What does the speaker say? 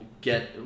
get